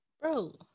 Bro